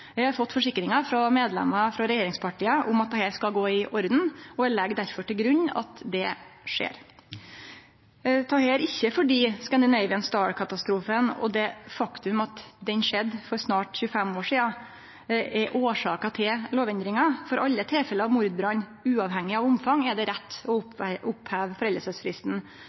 Eg har fått forsikringar frå medlemmer av regjeringspartia om at dette skal gå i orden, og eg legg derfor til grunn at det skjer. Det er ikkje «Scandinavian Star»-katastrofen og det faktum at han skjedde for snart 25 år sidan, som er årsaka til forslaget om lovendring. For alle tilfelle av mordbrann, uavhengig av omfang, er det rett å oppheve